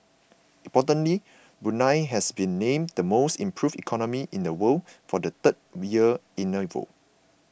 importantly Brunei has been named the most improved economy in the world for the third year in a row